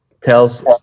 tells